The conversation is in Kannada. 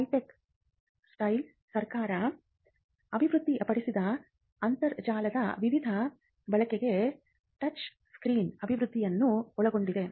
ಹೈಟೆಕ್ ಸ್ಟೇಟ್ಸ್ ಸರ್ಕಾರ ಅಭಿವೃದ್ಧಿಪಡಿಸಿದ ಅಂತರ್ಜಾಲದ ವಿವಿಧ ಬಳಕೆಗೆ ಟಚ್ ಸ್ಕ್ರೀನ್ ಅಭಿವೃದ್ಧಿಯನ್ನು ಒಳಗೊಂಡಿದೆ